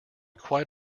quite